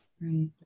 right